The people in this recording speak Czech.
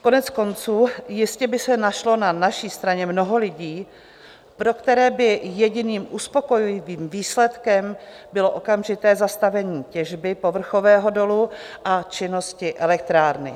Koneckonců jistě by se našlo na naší straně mnoho lidí, pro které by jediným uspokojivým výsledkem bylo okamžité zastavení těžby povrchového dolu a činnosti elektrárny.